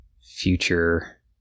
future